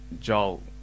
Joel